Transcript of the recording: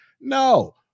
no